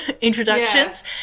introductions